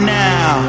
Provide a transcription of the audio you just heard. now